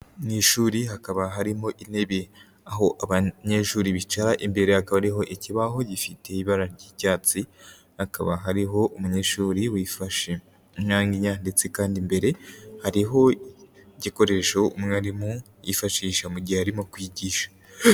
Mu ishuri hakaba harimo intebe aho abanyeshuri bicara. Imbere hakaba hariho ikibaho gifite ibara ry'icyatsi, hakaba hariho umunyeshuri wifashe mu nyankinya ndetse kandi mbere hariho igikoresho umwarimu yifashisha, mu gihe arimo kwigisha.